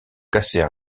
casser